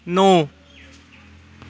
नौ